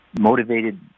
motivated